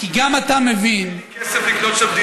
כי גם אתה מבין, כי אין לי כסף לקנות שם דירה.